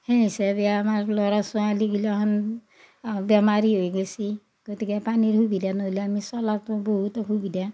সেই হিচাবে আমাৰ ল'ৰাছোৱালীগিলাখান বেমাৰী হৈ গৈছি গতিকে পানীৰ সুবিধা নহ'লে আমি চলাটো বহুত অসুবিধা